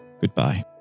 goodbye